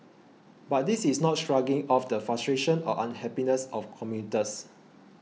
but this is not shrugging off the frustrations or unhappiness of commuters